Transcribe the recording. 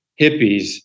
hippies